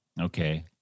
Okay